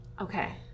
Okay